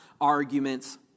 arguments